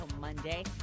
Monday